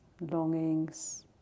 longings